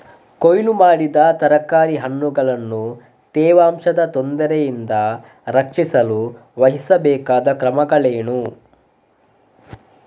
ಕೊಯ್ಲು ಮಾಡಿದ ತರಕಾರಿ ಹಣ್ಣುಗಳನ್ನು ತೇವಾಂಶದ ತೊಂದರೆಯಿಂದ ರಕ್ಷಿಸಲು ವಹಿಸಬೇಕಾದ ಕ್ರಮಗಳೇನು?